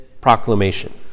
proclamation